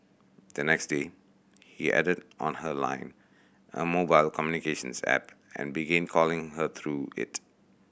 the next day he added on her Line a mobile communications app and began calling her through it